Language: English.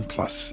Plus